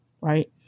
right